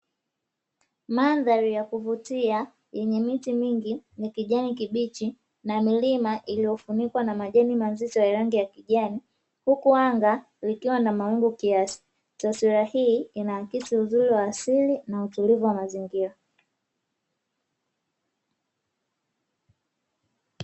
Mandhari ya kuvutia yenye miti mingi ya kijani kibichi na milima iliyofunikwa na majani mazito ya rangi ya kijani, huku anga likiwa na mawingu kiasi. Taswira hii inaakisi uzuri wa asili na utulivu wa mazingira.